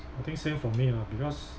I think same for me lah because